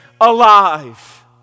alive